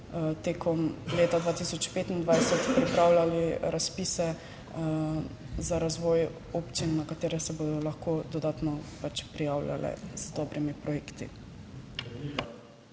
tekom leta 2025 pripravljali razpise za razvoj občin, na katere se bodo lahko dodatno prijavljale z dobrimi projekti.